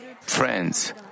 friends